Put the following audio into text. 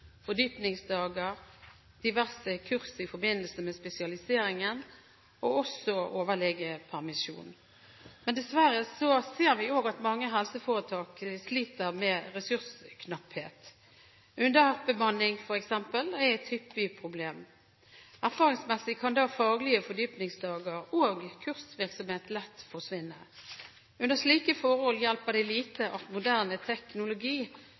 fordypningsdager, diverse kurs i forbindelse med spesialiseringen og også overlegepermisjon. Men dessverre ser vi òg at mange helseforetak sliter med ressursknapphet. Underbemanning er et hyppig problem. Erfaringsmessig kan da faglige fordypningsdager og kursvirksomhet lett forsvinne. Under slike forhold hjelper det lite at moderne teknologi